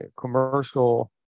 commercial